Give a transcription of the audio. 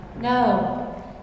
No